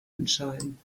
entscheiden